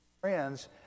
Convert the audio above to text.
friends